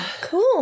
Cool